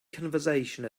conversation